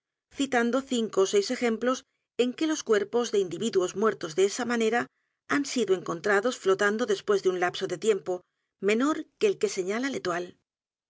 citando cinco ó seis ejemplos en que los cuerpos de individuos muertos de esa manera han sido encontrados flotando después de un lapso de tiempo menor que el que señala